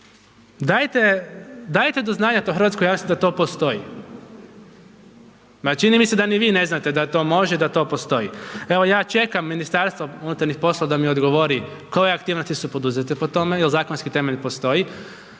dajte do znanja to hrvatskoj javnosti da to postoji. Ma čini mi se da ni vi ne znate da to može da to postoji. Evo ja čekam MUP da mi odgovori koje aktivnosti su poduzete po tome, jer zakonski temelj postoji.